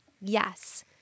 yes